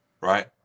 Right